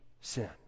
sin